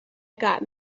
got